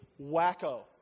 wacko